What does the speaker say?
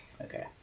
Okay